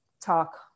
talk